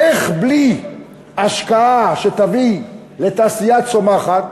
איך בלי השקעה שתביא לתעשייה צומחת,